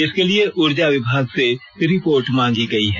इसके लिए ऊर्जा विभाग से रिपोर्ट मांगी गई है